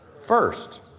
first